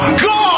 god